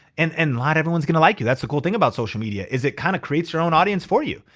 and and not everyone's gonna like you. that's the cool thing about social media. is it kinda creates your own audience for you.